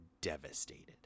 devastated